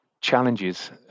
challenges